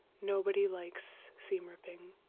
nobody likes seam ripping.